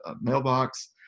mailbox